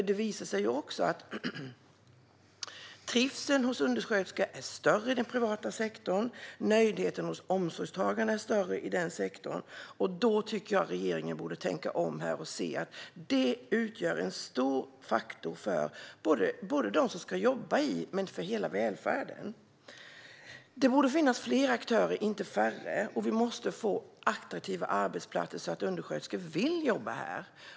Det visar sig nämligen också att trivseln hos undersköterskor är större i den privata sektorn, och omsorgstagarna är mer nöjda i den sektorn. Då tycker jag att regeringen borde tänka om och se att detta utgör en stor faktor för dem som ska jobba i välfärden och för hela välfärden. Det borde finnas fler aktörer och inte färre. Vi måste få attraktiva arbetsplatser, så att undersköterskor vill jobba där.